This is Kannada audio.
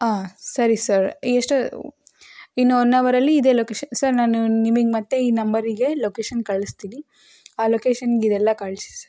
ಹಾಂ ಸರಿ ಸರ್ ಎಷ್ಟು ಇನ್ನು ಒನ್ ಅವರಲ್ಲಿ ಇದೇ ಲೊಕೆಶನ್ ಸರ್ ನಾನು ನಿಮಗ್ ಮತ್ತೆ ಈ ನಂಬರಿಗೆ ಲೊಕೇಶನ್ ಕಳಿಸ್ತೀನಿ ಆ ಲೊಕೇಶನ್ಗೆ ಇದೆಲ್ಲ ಕಳಿಸಿ ಸರ್